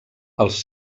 els